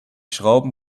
schrauben